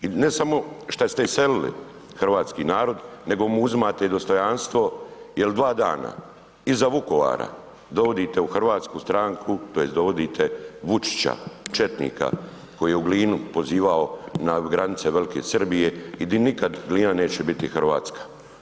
I ne samo šta ste iselili hrvatski narod nego mu uzimate i dostojanstvo jel dva dana iza Vukovara dovodite u Hrvatsku stranku tj. dovodite Vučića četnika koji u Glinu pozivao na granice Velike Srbije i di nikad Glina neće biti Hrvatska.